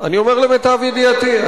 אני אומר למיטב ידיעתי,